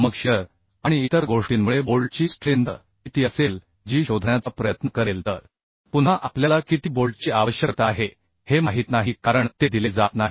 मग शिअर आणि इतर गोष्टींमुळे बोल्टची स्ट्रेंथ किती असेल जी शोधण्याचा प्रयत्न करेल तर पुन्हा आपल्याला किती बोल्टची आवश्यकता आहे हे माहित नाही कारण ते दिले जात नाही